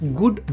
good